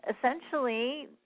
essentially